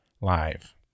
live